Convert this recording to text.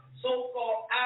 So-called